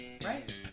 right